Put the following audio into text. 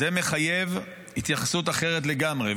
זה מחייב התייחסות אחרת לגמרי.